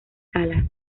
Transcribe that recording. salas